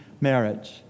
marriage